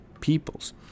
peoples